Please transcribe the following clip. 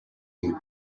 you